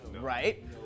Right